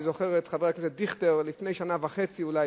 אני זוכר את חבר הכנסת דיכטר לפני שנה וחצי אולי,